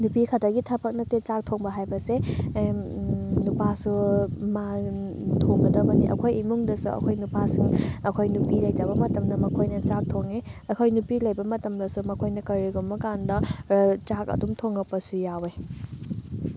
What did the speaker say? ꯅꯨꯄꯤꯈꯇꯒꯤ ꯊꯕꯛ ꯅꯠꯇꯦ ꯆꯥꯛ ꯊꯣꯡꯕ ꯍꯥꯏꯕꯁꯦ ꯅꯨꯄꯥꯁꯨ ꯃꯥ ꯊꯣꯡꯒꯗꯕꯅꯤ ꯑꯩꯈꯣꯏ ꯏꯃꯨꯡꯗꯁꯨ ꯑꯩꯈꯣꯏ ꯅꯨꯄꯥꯁꯤꯡ ꯑꯩꯈꯣꯏ ꯅꯨꯄꯤ ꯂꯩꯇꯕ ꯃꯇꯝꯗ ꯃꯈꯣꯏꯅ ꯆꯥꯛ ꯊꯣꯡꯉꯤ ꯑꯩꯈꯣꯏ ꯅꯨꯄꯤ ꯂꯩꯕ ꯃꯇꯝꯗꯁꯨ ꯃꯈꯣꯏꯅ ꯀꯔꯤꯒꯨꯝꯕ ꯀꯥꯟꯗ ꯆꯥꯛ ꯑꯗꯨꯝ ꯊꯣꯡꯉꯛꯄꯁꯨ ꯌꯥꯎꯋꯦ